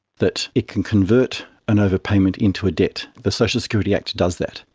that it can convert an overpayment into a debt. the social security act does that.